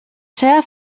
seva